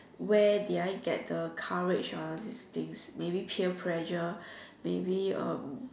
where I did get the courage for all these things maybe peer pressure maybe um